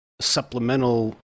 supplemental